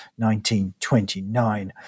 1929